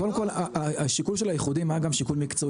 קודם כל השיקול של האיחודים היה גם שיקול מקצועי,